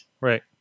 Right